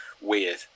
weird